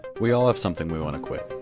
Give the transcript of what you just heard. we all have something we want to quit.